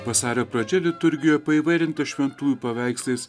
vasario pradžia liturgijoje paįvairinta šventųjų paveikslais